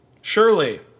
Surely